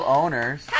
owners